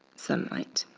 sunlight.